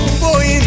boy